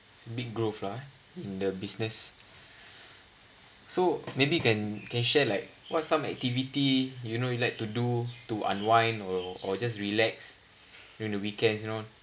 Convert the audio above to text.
it's a big growth lah in the business so maybe you can can share like what some activity you know you like to do to unwind or or just relax during the weekends you know